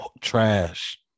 trash